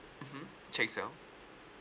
mmhmm check sale